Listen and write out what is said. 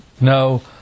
No